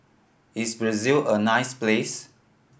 is Brazil a nice place